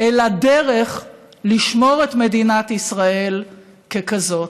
אלא דרך לשמור את מדינת ישראל ככזאת,